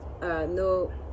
no